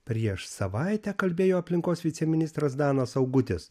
prieš savaitę kalbėjo aplinkos viceministras danas augutis